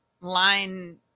line